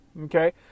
Okay